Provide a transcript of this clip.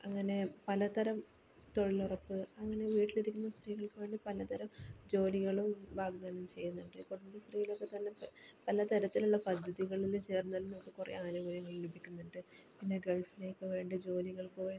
അങ്ങനെ പല തരം തൊഴിലുറപ്പ് അങ്ങനെ വീട്ടിലിരിക്കുന്ന സ്ത്രീകൾക്ക് വേണ്ടി പല തരം ജോലികളും വാഗ്ദാനം ചെയ്യുന്നുണ്ട് കുടുംബശ്രീയിലൊക്കെ തന്നെ പല തരത്തിലുള്ള പദ്ധതികളിൽ ചേർന്നാൽ നമുക്ക് കുറേ ആനുകൂല്യങ്ങൾ ലഭിക്കുന്നുണ്ട് പിന്നെ ഗൾഫിലേക്ക് വേണ്ട ജോലികൾക്ക് വേണ്ടി